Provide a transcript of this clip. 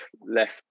left